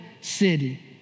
city